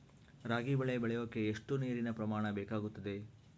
ರಾಗಿ ಬೆಳೆ ಬೆಳೆಯೋಕೆ ಎಷ್ಟು ನೇರಿನ ಪ್ರಮಾಣ ಬೇಕಾಗುತ್ತದೆ?